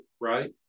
right